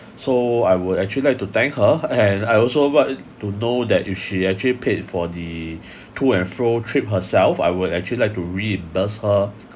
so I would actually like to thank her and I also like to know that if she actually paid for the to and fro trip herself I would actually like to reimbursed her